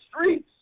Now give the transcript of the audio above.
streets